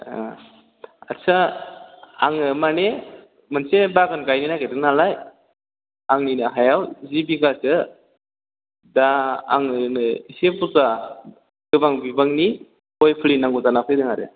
ओ आदसा आङो माने मोनसे बागान गायनो नागिददों नालाय आंनिनो हायाव जि बिगासो दा आङोनो एसे बुरजा गोबां बिबांनि गय फुलि नांगौ जाना फैदों आरो